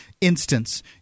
instance